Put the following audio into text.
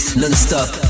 non-stop